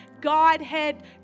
Godhead